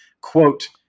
quote